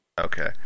Okay